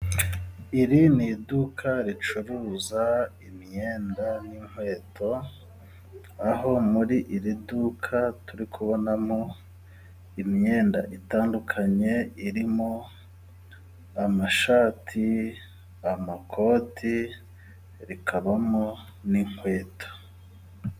Iri ni iduka ricuruza imyenda n'inkweto， aho muri iri duka turi kubonamo imyenda itandukanye， irimo amashati， amakoti，rikabamo n'inkweto.